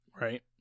Right